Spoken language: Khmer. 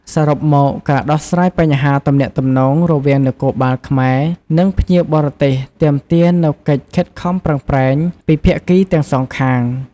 សរុបមក ការដោះស្រាយបញ្ហាទំនាក់ទំនងរវាងនគរបាលខ្មែរ និងភ្ញៀវបរទេសទាមទារនូវកិច្ចខិតខំប្រឹងប្រែងពីភាគីទាំងសងខាង។